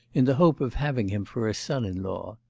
in the hope of having him for a son-in-law.